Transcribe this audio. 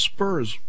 Spurs